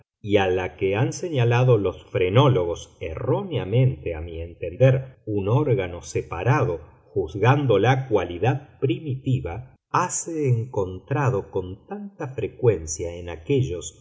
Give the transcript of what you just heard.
y a la que han señalado los frenólogos erróneamente a mi entender un órgano separado juzgándola cualidad primitiva hase encontrado con tanta frecuencia en aquellos